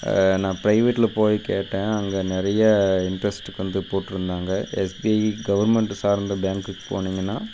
நான் ப்ரைவேட்டில் போய் கேட்டேன் அங்கே நிறைய இண்ட்ரெஸ்ட்டுக்கு வந்து போட்டுருந்தாங்க எஸ்பிஐ கவர்மெண்ட்டு சார்ந்த பேங்க்குக்கு போனீங்கன்னா